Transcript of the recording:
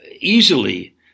easily